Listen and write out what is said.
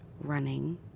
running